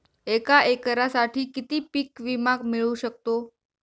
एका एकरसाठी किती पीक विमा मिळू शकतो?